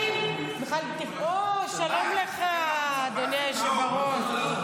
שלום לך, אדוני היושב-ראש.